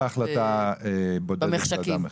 בהחלטה בודדת של אדם אחד.